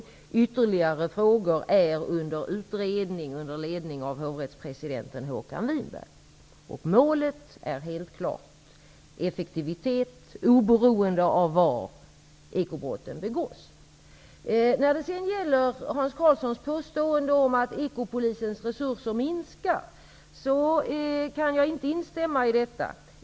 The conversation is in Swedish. Ytterligare frågor är under utredning under ledning av hovrättspresidenten Håkan Winberg. Målet är helt klart: effektivitet oberoende av var ekobrotten begås. Hans Karlsson påstår att ekopolisens resurser minskar. Jag kan inte instämma i det.